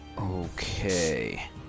okay